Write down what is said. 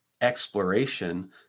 exploration